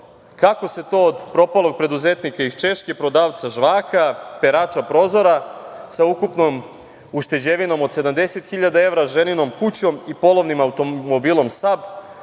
kako se to od propalog preduzetnika iz Češke, prodavca žvaka, perača prozora, sa ukupnom ušteđevinom od 70.000 evra, ženinom kućom i polovnim automobilom